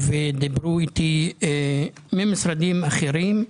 ודיברו איתי ממשרדים אחרים.